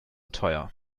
teuer